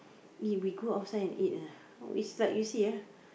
eh we go outside and eat ah is like you see ah